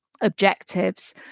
objectives